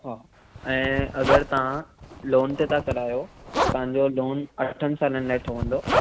ऐं अगरि तव्हां लोन ते था करायो त तव्हांजो लोन अठनि सालनि लाइ ठहंदो